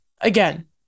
Again